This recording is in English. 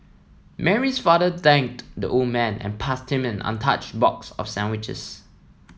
Mary's father thanked the old man and passed him an untouched box of sandwiches